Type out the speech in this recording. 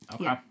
Okay